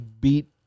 beat